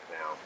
now